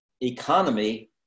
economy